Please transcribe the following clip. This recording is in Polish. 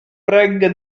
pręgę